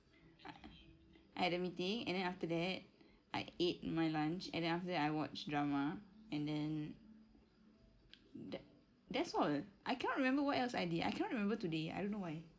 I I had the meeting and then after that I ate my lunch and then after that I watch drama and then that that's all I cannot remember what else I did I cannot remember today I don't know why